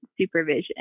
Supervision